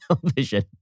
television